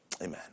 Amen